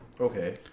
Okay